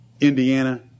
Indiana